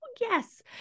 yes